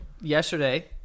Yesterday